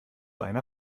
einer